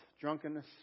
drunkenness